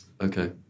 Okay